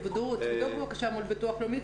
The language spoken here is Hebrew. תבדוק בבקשה מול הביטוח הלאומי,